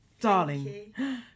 Darling